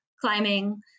climbing